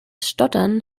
stottern